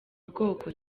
bwoko